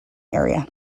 area